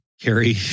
carry